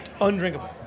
undrinkable